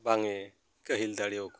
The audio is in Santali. ᱵᱟᱝ ᱮ ᱠᱟᱹᱦᱤᱞ ᱫᱟᱲᱮᱭᱟᱠᱚ